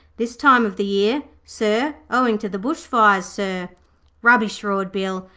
this time of the year, sir, owing to the bush fires, sir rubbish, roared bill.